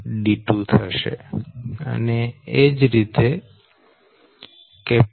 d212 થશે અને એ જ રીતે Dca dca